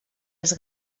els